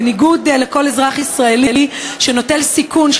בניגוד לכל אזרח ישראלי שנוטל סיכון של